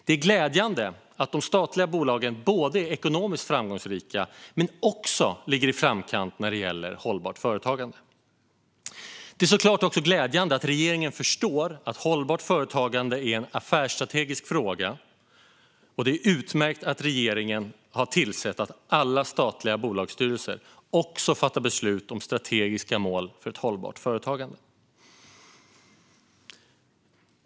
Det är glädjande att de statliga bolagen både är ekonomiskt framgångsrika och ligger i framkant när det gäller hållbart företagande. Det är såklart också glädjande att regeringen förstår att hållbart företagande är en affärsstrategisk fråga. Det är utmärkt att regeringen har tillsett att alla statliga bolagsstyrelser också ska fatta beslut om strategiska mål för ett hållbart företagande.